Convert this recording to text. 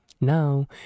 Now